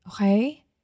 okay